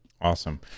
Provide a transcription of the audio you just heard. Awesome